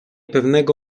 pewnego